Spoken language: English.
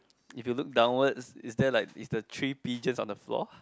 if you look downwards is there like is the three pigeons on the floor